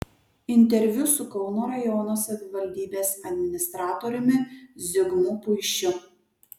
interviu su kauno rajono savivaldybės administratoriumi zigmu puišiu